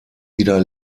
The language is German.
wieder